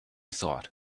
thought